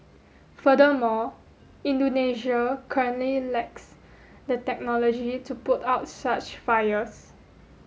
furthermore Indonesia lacks the technology to put out such fires